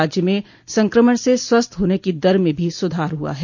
राज्य में संक्रमण से स्वस्थ होने की दर में भी सुधार हुआ है